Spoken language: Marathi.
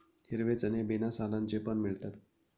हिरवे चणे बिना सालांचे पण मिळतात